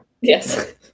Yes